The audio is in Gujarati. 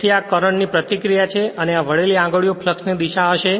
તેથી આ કરંટ ની પ્રતિક્રિયા છે અને આ વળેલી આંગળીઓ ફ્લક્ષ ની દિશા હશે